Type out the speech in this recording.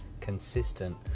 consistent